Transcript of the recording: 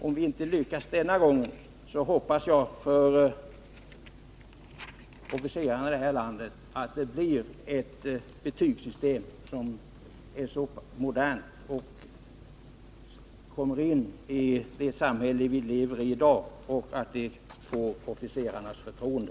Om vi inte lyckas denna gång, så hoppas jag för våra officerares skull att det blir ett betygssystem som är modernt och passar i det samhälle vi nu lever i — och som får officerarnas förtroende.